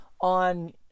on